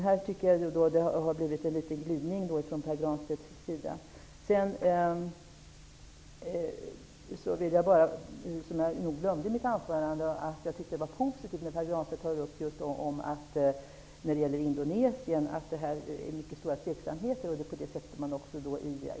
Här är det en glidning i Pär Jag glömde att i mitt första inlägg säga att jag tyckte det var positivt att Pär Granstedt sade att det finns mycket stora tveksamheter när det gäller vapenexporten till Indonesien.